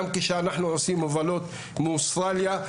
גם כשאנחנו עושים הובלות מאוסטרליה.